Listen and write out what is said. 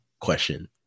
question